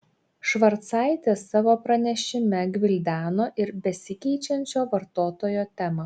švarcaitė savo pranešime gvildeno ir besikeičiančio vartotojo temą